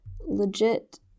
legit